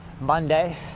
Monday